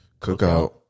Cookout